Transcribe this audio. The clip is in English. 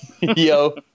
yo